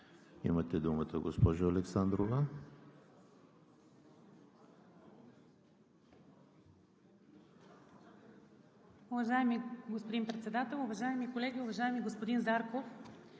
Имате думата, госпожо Александрова.